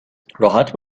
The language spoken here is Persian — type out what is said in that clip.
راحت